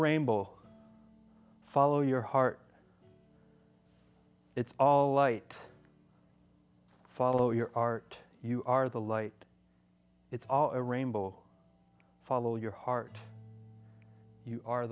rainbow follow your heart it's all light follow your art you are the light it's all a rainbow follow your heart you are